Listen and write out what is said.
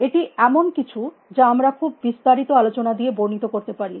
এটি এমন কিছু যা আমরা খুব বিস্তারিত আলোচনা দিয়ে বর্ণিত করতে পারি